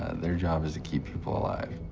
their job is to keep people alive